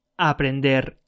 Aprender